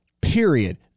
period